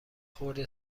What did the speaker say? خورده